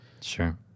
sure